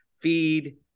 feed